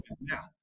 now